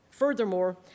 Furthermore